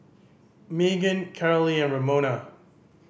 Maegan Carolee and Ramona